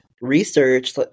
research